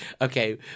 Okay